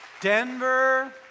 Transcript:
Denver